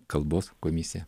kalbos komisiją